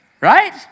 Right